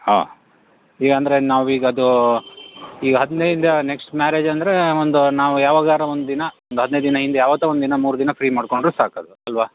ಹಾಂ ಈಗ ಅಂದರೆ ನಾವು ಈಗ ಅದು ಈಗ ಹದಿನೈದು ನೆಕ್ಸ್ಟ್ ಮ್ಯಾರೇಜ್ ಅಂದರೆ ಒಂದು ನಾವು ಯಾವಾಗಾರು ಒಂದು ದಿನ ಒಂದು ಹದಿನೈದು ದಿನ ಹಿಂದೆ ಯಾವತ್ತೊ ಒಂದಿನ ಮೂರು ದಿನ ಫ್ರೀ ಮಾಡಿಕೊಂಡ್ರೆ ಸಾಕು ಅಲ್ವಾ